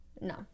no